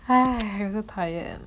I so tired